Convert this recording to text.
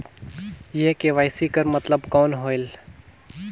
ये के.वाई.सी कर मतलब कौन होएल?